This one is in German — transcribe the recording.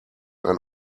ein